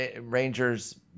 Rangers